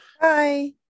Bye